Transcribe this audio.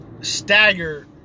stagger